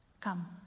Come